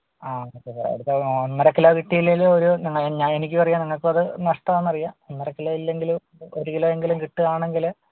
ആ നോക്കട്ടെ അടുത്ത തവണ ഒന്നര കിലോ കിട്ടിയില്ലെങ്കിലും ഒരു ഞാ എനിക്കും അറിയാം നിങ്ങൾക്കും അത് നഷ്ടമാണെന്നറിയാം ഒന്നര കിലോ ഇല്ലെങ്കിലും ഒരു കിലോ എങ്കിലും കിട്ടുവാണെങ്കിൽ